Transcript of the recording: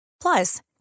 Plus